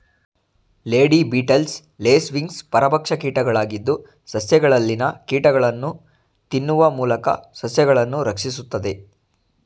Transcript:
lady beetles, lace wings ಪರಭಕ್ಷ ಕೀಟಗಳಾಗಿದ್ದು, ಸಸ್ಯಗಳಲ್ಲಿನ ಕೀಟಗಳನ್ನು ತಿನ್ನುವ ಮೂಲಕ ಸಸ್ಯಗಳನ್ನು ರಕ್ಷಿಸುತ್ತದೆ